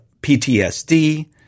PTSD